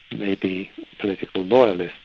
may be political loyalists.